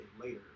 later